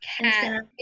cat